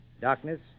darkness